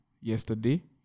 yesterday